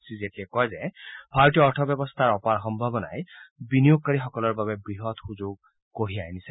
শ্ৰী জেটলীয়ে কয় যে ভাৰতীয় অৰ্থব্যৱস্থাৰ অপাৰ সম্ভাৱনাই বিনিয়োগকাৰীসকলৰ বাবে বৃহৎ সুযোগ কঢ়িয়াই আনিছে